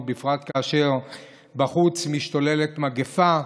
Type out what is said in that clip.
בפרט כאשר בחוץ משתוללת מגפה.